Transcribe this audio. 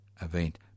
event